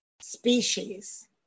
species